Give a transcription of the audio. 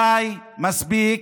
די, מספיק.